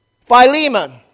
Philemon